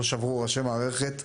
שלא שברו ראשי מערכת.